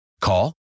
Call